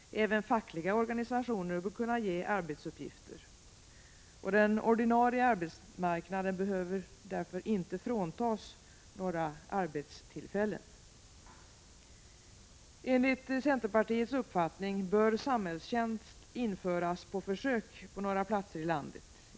Även fackliga organisationer bör kunna ge arbetsuppgifter. Den ordinarie arbetsmarknaden behöver därför inte fråntas några arbetstillfällen. Enligt centerpartiets uppfattning bör samhällstjänst införas på försök på några platser i landet.